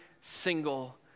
single